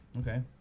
Okay